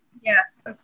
Yes